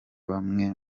bamwe